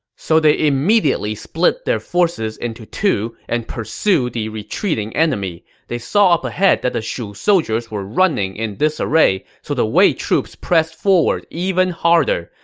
so they immediately split up their forces into two and pursued the retreating enemy. they saw up ahead that the shu soldiers were running in disarray, so the wei troops pressed forward even harder.